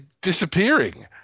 disappearing